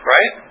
Right